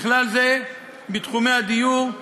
ובכלל זה בתחומי הדיור,